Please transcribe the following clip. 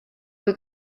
kui